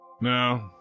No